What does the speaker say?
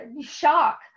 shock